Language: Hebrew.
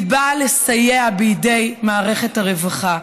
היא באה לסייע בידי מערכת הרווחה.